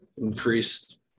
increased